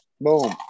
Boom